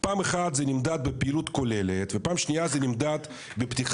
פעם אחת זה נמדד בפעילות כוללת ופעם שנייה זה נמדד בפתיחת